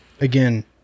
again